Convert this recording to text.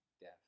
death